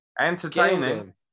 entertaining